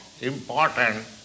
important